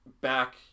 Back